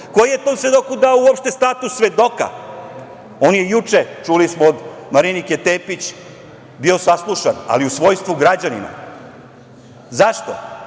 Ko je tom svedoku dao uopšte dao status svedoka? On je juče, čuli smo od Marinike Tepić, bio saslušan, ali u svojstvu građanina. Zašto?